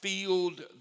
filled